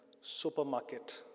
Supermarket